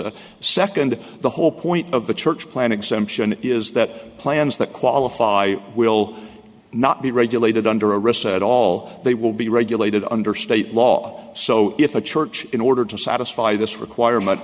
a second the whole point of the church plan exemption is that plans that qualify will not be regulated under a recess at all they will be regulated under state law so if the church in order to satisfy this requirement